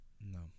No